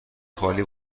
خالی